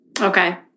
Okay